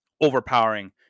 overpowering